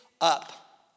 up